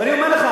ואני אומר לך,